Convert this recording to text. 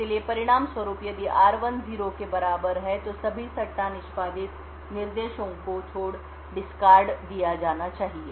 इसलिए परिणामस्वरूप यदि r1 0 के बराबर है तो सभी सट्टा निष्पादित निर्देशों को छोड़डिस्कार्ड दिया जाना चाहिए